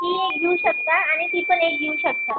ती एक घेऊ शकता आणि ती पण एक घेऊ शकता